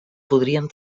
podrien